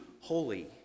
holy